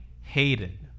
hated